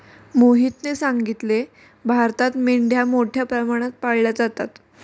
मोहितने सांगितले, भारतात मेंढ्या मोठ्या प्रमाणात पाळल्या जातात